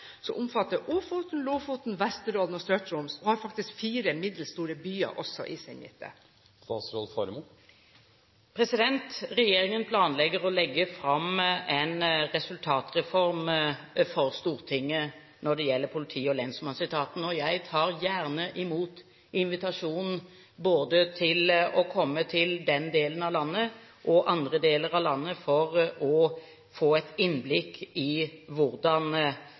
som omfatter Ofoten, Lofoten, Vesterålen og Sør-Troms, og som faktisk også har fire middels store byer i sin midte? Regjeringen planlegger å legge fram en resultatreform for Stortinget når det gjelder politi- og lensmannsetaten. Jeg tar gjerne imot en invitasjon til å komme både til den delen av landet og andre deler av landet for å få et innblikk i hvordan